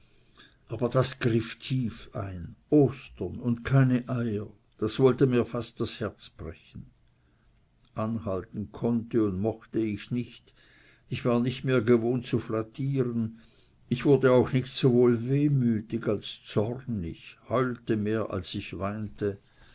aber das griff tief ein ostern und keine eier das wollte mir fast das herz brechen anhalten konnte und mochte ich nicht ich war nicht mehr gewohnt zu flattieren ich wurde auch nicht sowohl wehmütig als zornig heulte mehr als ich weinte